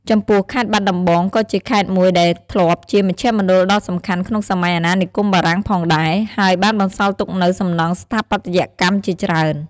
ចំពោះខេត្តបាត់ដំបងក៏ជាខេត្តមួយដែលធ្លាប់ជាមជ្ឈមណ្ឌលដ៏សំខាន់ក្នុងសម័យអាណានិគមបារាំងផងដែរ ហើយបានបន្សល់ទុកនូវសំណង់ស្ថាបត្យកម្មជាច្រើន។